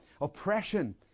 oppression